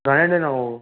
घणे ॾिनव हो